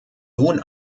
nun